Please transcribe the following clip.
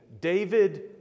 David